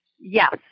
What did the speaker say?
yes